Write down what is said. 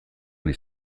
ahal